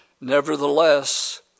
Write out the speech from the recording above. Nevertheless